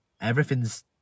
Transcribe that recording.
everything's